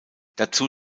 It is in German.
dazu